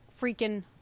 freaking